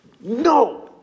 No